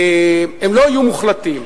הם לא יהיו מוחלטים,